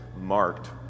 marked